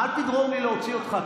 אל תגרום לי להוציא אותך.